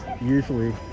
usually